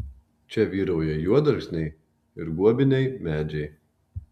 čia vyrauja juodalksniai ir guobiniai medžiai